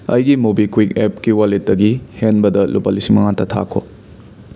ꯑꯩꯒꯤ ꯃꯣꯕꯤꯛꯋꯤꯛ ꯑꯦꯞꯀꯤ ꯋꯥꯂꯦꯠꯇꯒꯤ ꯍꯦꯟꯕꯗ ꯂꯨꯄꯥ ꯂꯤꯁꯤꯡ ꯃꯉꯥꯇ ꯊꯥꯈꯣ